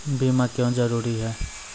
बीमा क्यों जरूरी हैं?